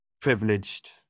privileged